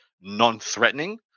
non-threatening